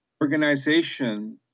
organization